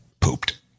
Pooped